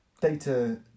data